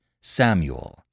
Samuel